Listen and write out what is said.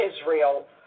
Israel